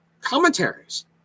commentaries